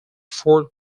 fort